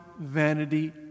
vanity